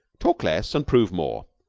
talk less and prove more.